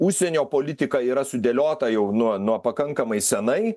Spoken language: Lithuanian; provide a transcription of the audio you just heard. užsienio politika yra sudėliota jau nuo nuo pakankamai senai